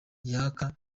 yaka